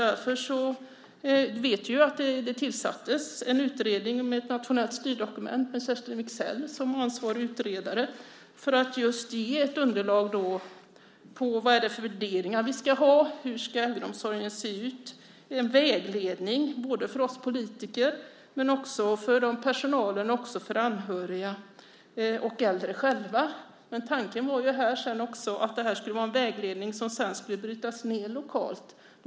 Jag vet att det tillsattes en utredning med ett nationellt styrdokument med Kerstin Wigzell som ansvarig utredare för att just ge ett underlag när det gäller vilka värderingar vi ska ha och hur äldreomsorgen ska se ut. Det är en vägledning både för oss politiker och för personalen, de anhöriga och de äldre själva. Tanken var också att detta skulle vara en vägledning som sedan skulle brytas ned lokalt.